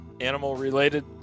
animal-related